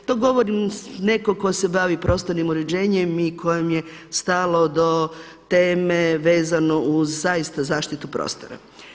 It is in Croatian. To govorim kao neko tko se bavi prostornim uređenjem i kojem je stalo do teme vezano uz zaista zaštitu prostora.